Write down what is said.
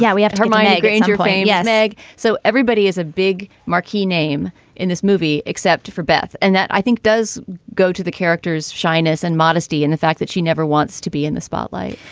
yeah we have termite granger yeah meg. so everybody is a big marquee name in this movie except for beth. and that i think does go to the character's shyness and modesty and the fact that she never wants to be in the spotlight.